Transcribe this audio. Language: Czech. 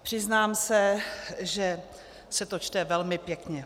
Přiznám se, že se to čte velmi pěkně.